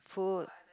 food